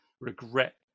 regret